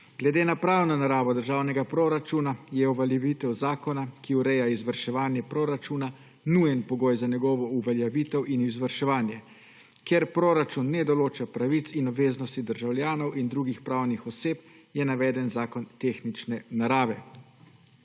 Glede na pravno naravo državnega proračuna je uveljavitev zakona, ki ureja izvrševanje proračuna, nujen pogoj za njegovo uveljavitev in izvrševanje. Ker proračun ne določa pravic in obveznosti državljanov in drugih pravnih oseb, je navedeni zakon tehnične narave.